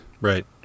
right